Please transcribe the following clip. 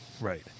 Right